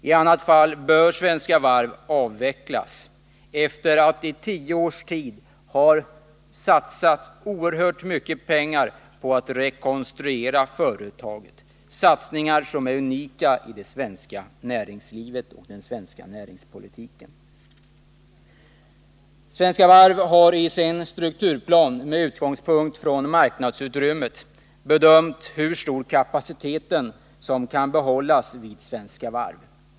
I annat fall bör Svenska Varv avvecklas — efter det att oerhört mycket pengar under tio års tid satsats på att rekonstruera företaget, satsningar som är unika i svenskt näringsliv och svensk näringspolitik. Svenska Varv har i sin strukturplan med utgångspunkt i marknadsutrymmet bedömt hur stor kapacitet som kan behållas vid Svenska Varv.